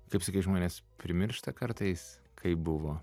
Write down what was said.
kaip sakai žmonės primiršta kartais kaip buvo